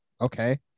okay